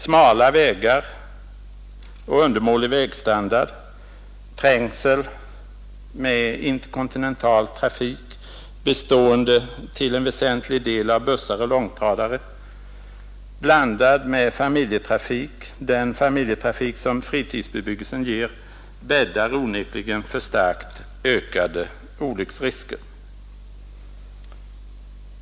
Smala vägar och undermålig vägstandard, trängsel av interkontinental trafik, bestående till en väsentlig del av bussar och långtradare, blandad med den familjetrafik som fritidsbebyggelsen ger, bäddar onekligen för starkt ökade olycksrisker.